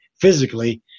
physically